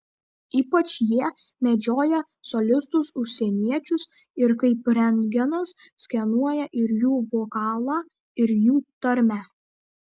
ypač jie medžioja solistus užsieniečius ir kaip rentgenas skenuoja ir jų vokalą ir jų tarmę